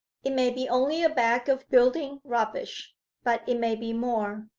it may be only a bag of building rubbish but it may be more.